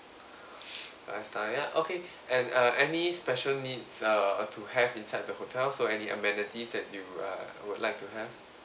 five star ya okay and uh any special needs err to have inside the hotel so any amenities that you err would like to have